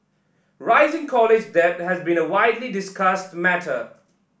rising college debt has been a widely discussed matter